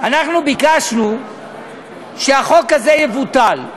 אנחנו ביקשנו שהחוק הזה יבוטל,